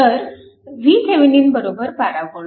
तर VThevenin 12 V